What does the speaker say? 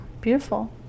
beautiful